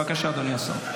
זה תפקידו של